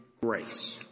grace